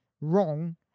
wrong